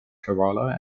kerala